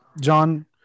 John